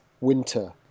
winter